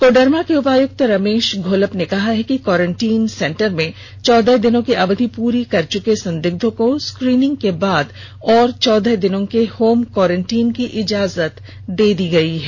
कोडरमा के उपायुक्त रमेष घोलप ने कहा है कि क्वारेंटीन सेंटर में चौदह दिनों की अवधि पूरी कर चुके संदिग्धों को स्क्रीनिंग के बाद और चौदह दिन के होम क्वारेंटीन की इजाजत दे दी गई है